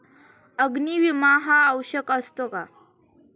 अग्नी विमा हा आवश्यक असतो का?